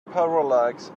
parallax